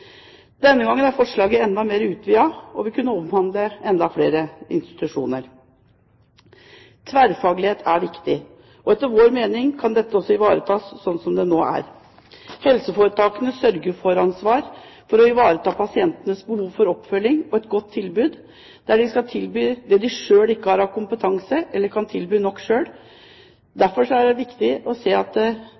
Denne gangen er forslaget enda mer utvidet og vil kunne omhandle enda flere institusjoner. Tverrfaglighet er viktig. Etter vår mening kan det også ivaretas slik det nå er. Helseforetakenes sørge for-ansvar skal ivareta pasientenes behov for oppfølging og et godt tilbud. De skal tilby der de ikke selv har kompetanse eller tilbud nok. Derfor er det ingen grunn til at